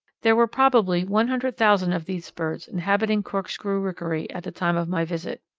there were probably one hundred thousand of these birds inhabiting corkscrew rookery at the time of my visit.